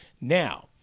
Now